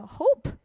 hope